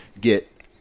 get